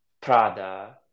Prada